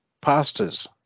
pastors